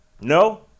No